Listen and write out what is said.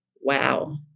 Wow